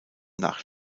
nach